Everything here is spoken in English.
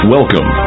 Welcome